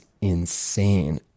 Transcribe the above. insane